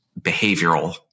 behavioral